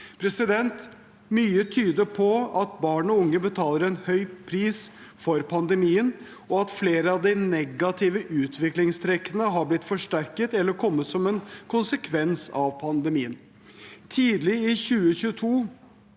Mye tyder på at barn og unge betaler en høy pris for pandemien, og at flere av de negative utviklingstrekkene har blitt forsterket eller kommet som en konsekvens av pandemien. Tidlig i 2022